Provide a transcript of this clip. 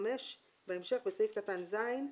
(5)בסעיף קטן (ז),